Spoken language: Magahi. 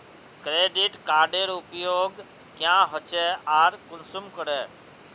क्रेडिट कार्डेर उपयोग क्याँ होचे आर कुंसम करे?